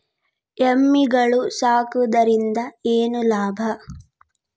ಎಮ್ಮಿಗಳು ಸಾಕುವುದರಿಂದ ಏನು ಲಾಭ?